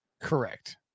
Correct